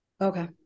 Okay